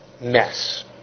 Mess